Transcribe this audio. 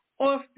Often